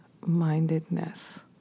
mindedness